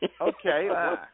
Okay